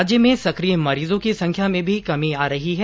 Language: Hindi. राज्य में सकिय मरीजों की संख्या में भी कमी आ रही है